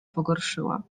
pogorszyła